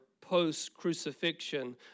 post-crucifixion